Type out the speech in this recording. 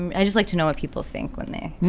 i just like to know what people think when they.